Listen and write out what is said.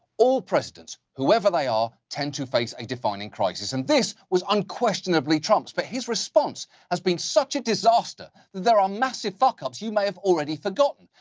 all presidents, whoever they are, tend to face a defining crisis, and this was unquestionably trump's, but his response has been such a disaster, there are massive fuck-ups you may have already forgotten.